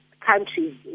Countries